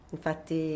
Infatti